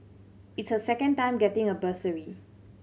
it's her second time getting a bursary